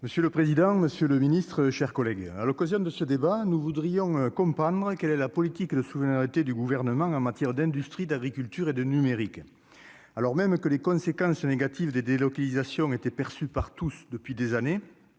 Monsieur le président, Monsieur le Ministre, chers collègues, hein, à l'occasion de ce débat, nous voudrions comprendre quelle est la politique de souveraineté du gouvernement en matière d'industrie d'agriculture et de numérique, alors même que les conséquences négatives des délocalisations était perçue par tous depuis des années,